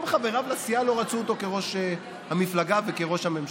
גם חבריו לסיעה לא רצו אותו כראש המפלגה וכראש הממשלה.